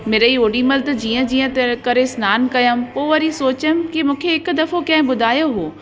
मिड़ेई ओॾी महिल त जीअं जीअं त करे सनानु कयमि पोइ वरी सोचियमि कि हिकु दफ़ो कंहिं ॿुधायो हुओ